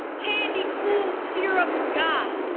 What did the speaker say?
candy, cool, syrup god